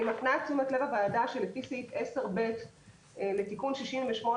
אני מפנה את תשומת לב הוועדה שלפי סעיף 10ב לתיקון 68,